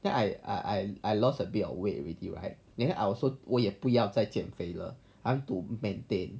then I I I lost a bit of weight already right then I also 我也不要再减肥了 time to maintain